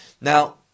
now